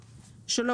(3)